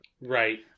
Right